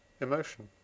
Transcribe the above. emotion